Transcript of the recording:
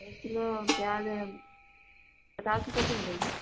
ایک کلو پیاز پچاس روپے کی مِلے گی